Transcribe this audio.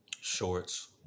shorts